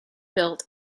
built